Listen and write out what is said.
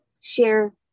share